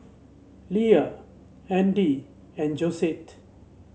Leia Andy and Josette